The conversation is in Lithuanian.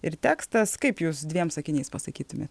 ir tekstas kaip jūs dviem sakiniais pasakytumė